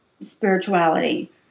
spirituality